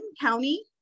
County